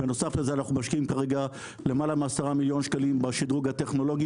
בנוסף אנחנו משקיעים כרגע למעלה מ-10 מיליון שקלים בשדרוג הטכנולוגי